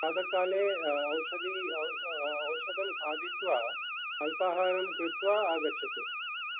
प्रातःकाले औषधं औषधं खादित्वा अल्पाहारं कृत्वा आगच्छतु